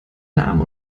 namen